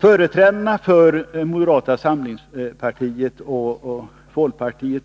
Företrädarna för moderata samlingspartiet och folkpartiet